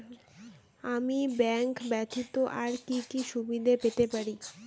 আমি ব্যাংক ব্যথিত আর কি কি সুবিধে পেতে পারি?